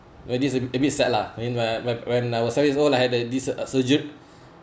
where this a bit a bit sad lah mean my my when I was seven years old like I had this surgery